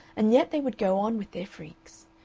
and yet they would go on with their freaks.